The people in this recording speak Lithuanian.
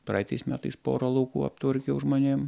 praeitais metais porą laukų aptvarkiau žmonėm